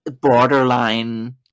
borderline